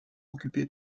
occupé